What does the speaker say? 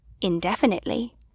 indefinitely